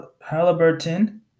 Halliburton